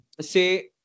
say